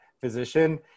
physician